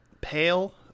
pale